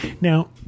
Now